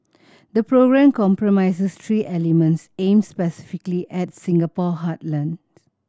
the programme comprises three elements aimed specifically at Singapore's heartlands